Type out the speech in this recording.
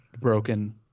broken